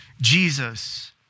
Jesus